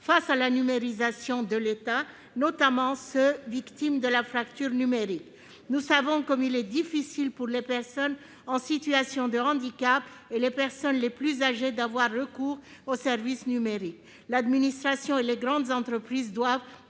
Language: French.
face à la numérisation de l'État. Nous savons combien il est difficile, pour les personnes en situation de handicap et les personnes les plus âgées, d'avoir recours aux services numériques. L'administration et les grandes entreprises doivent